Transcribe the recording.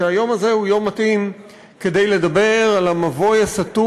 שהיום הזה הוא יום מתאים כדי לדבר על המבוי הסתום